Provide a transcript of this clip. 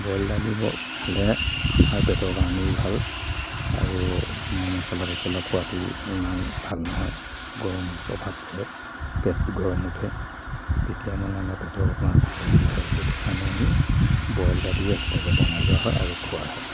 boil দালি ব খালে আমাৰ পেটৰ কাৰণেও ভাল আৰু মই মচলা টচলা খোৱাটো ইমান ভাল নহয় গৰমৰ প্ৰভাৱ পৰে পেটতো গৰম উঠে তেতিয়া মানে আমাৰ পেটৰ অকণমান গণ্ডগোল হয় সেইটো কাৰণে আমি বইল দালি এক্সট্ৰাকৈ বনাই লোৱা হয় আৰু খোৱা হয়